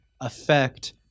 affect